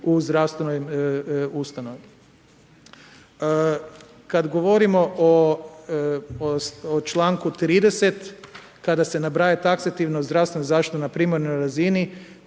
u zdravstvenoj ustanovi. Kada govorimo o članku 30, kada se nabraja taksativno zdravstvena zaštita na primarnoj razini